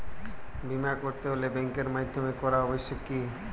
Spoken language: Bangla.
বিমা করাতে হলে ব্যাঙ্কের মাধ্যমে করা আবশ্যিক কি?